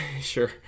sure